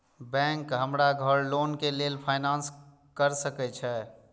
Bank हमरा घर loan के लेल फाईनांस कर सके छे?